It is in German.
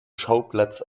schauplatz